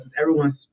everyone's